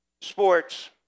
sports